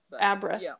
Abra